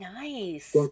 Nice